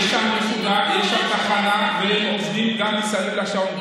יש שם תחנה, והם גם עובדים מסביב לשעון.